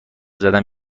زدن